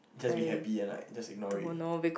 just be happy and like just ignore it